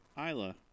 Isla